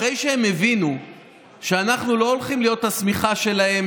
אחרי שהם הבינו שאנחנו לא הולכים להיות השמיכה שלהם